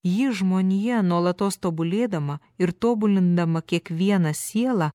jį žmonija nuolatos tobulėdama ir tobulindama kiekvieną sielą